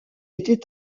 été